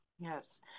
yes